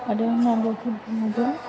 आरो माबाफोर नुगोन